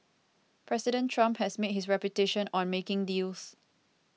President Trump has made his reputation on making deals